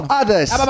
others